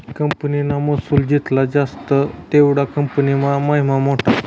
कंपनीना महसुल जित्ला जास्त तेवढा कंपनीना महिमा मोठा